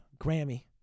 grammy